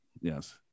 yes